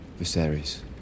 Viserys